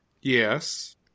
Yes